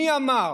מי אמר: